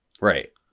Right